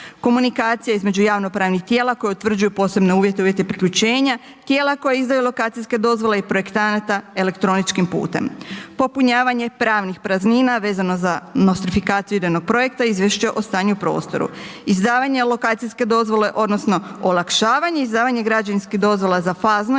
Komunikacija između javnopravnih tijela koja utvrđuju posebne uvjete i uvjete priključenja, tijela koja izdaju lokacijske dozvole i projektanata elektroničkim putem. Popunjavanje pravnih praznina vezano za nostrifikaciju idejnog projekta i izvješće o stanju u prostoru. Izdavanje lokacijske dozvole odnosno olakšavanje izdavanje građevinskih dozvola za fazno i etapno